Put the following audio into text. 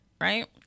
right